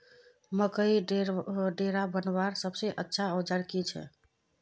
मकईर डेरा बनवार सबसे अच्छा औजार की छे?